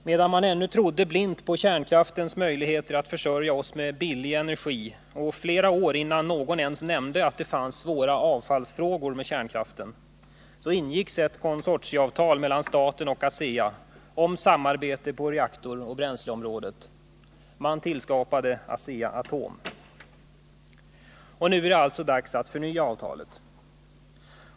Medan man ännu trodde blint på kärnkraftens möjligheter att försörja oss med billig energi och flera år innan någon ens nämnde att det fanns svåra avfallsfrågor förenade med kärnkraften, ingicks ett konsortialavtal mellan staten och ASEA om samarbete på reaktoroch bränsleområdet, innebärande att man tillskapade Asea-Atom. Nu är det alltså dags att förnya avtalet.